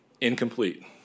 incomplete